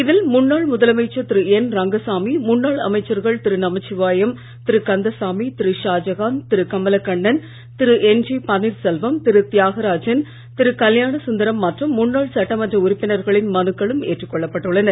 இதில் முன்னாள் முதலமைச்சர் திரு என் ரங்கசாமி முன்னாள் அமைச்சர்கள் Thiru Namachivayam Thiru Kandasamy Thiru Shahjahan Thiru Kamalakannan Thiru N G Panneerselvam Thiru Thiagarajan Thiru Kalyanasundaram மற்றும் முன்னாள் சட்டமன்ற உறுப்பினர்களின் மனுக்களும் ஏற்றுக் கொள்ளப்பட்டுள்ளன